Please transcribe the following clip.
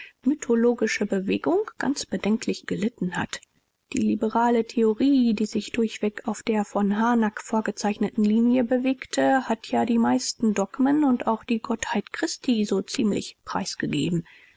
mythologische bewegung ganz bedenklich gelitten hat die liberale theorie die sich durchweg auf der von harnack vorgezeichneten linie bewegte hat ja die meisten dogmen und auch die gottheit christi so ziemlich preisgegeben